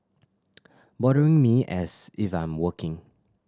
bothering me as if I'm working